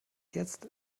jetzt